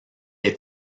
est